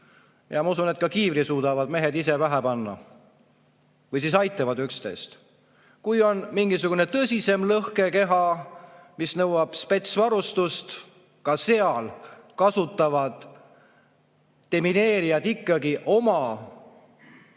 Ma usun, et ka kiivri suudavad mehed ise pähe panna või siis aitavad üksteist. Kui on tõsisem lõhkekeha, mis nõuab spetsvarustust, siis ka seal kasutavad demineerijad ikkagi oma